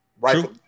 right